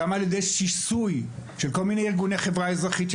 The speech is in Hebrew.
על ידי שיסוי של כל מיני ארגוני חברה אזרחית,